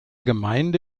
gemeinde